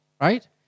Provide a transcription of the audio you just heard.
right